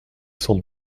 cent